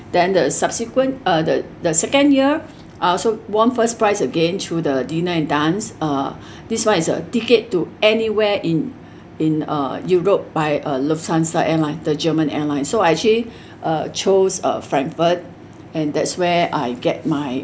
then the subsequent uh the the second year I also won first prize again through the dinner and dance uh this one is a ticket to anywhere in in uh europe by uh lufthansa airline the german airline so I actually uh chose uh frankfurt and that's where I get my